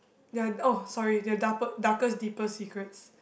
ya oh sorry your darpest darkest deepest secrets